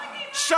דודי, מה השעה?